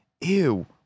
ew